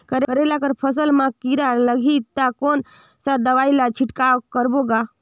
करेला कर फसल मा कीरा लगही ता कौन सा दवाई ला छिड़काव करबो गा?